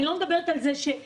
אני לא מדברת על זה שחלילה,